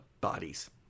bodies